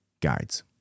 Guides